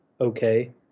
okay